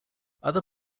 other